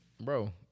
Bro